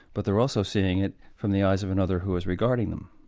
but they're also seeing it from the eyes of another who is regarding them.